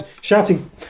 shouting